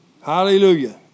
Hallelujah